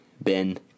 Ben